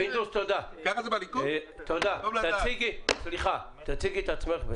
תציגי את עצמך,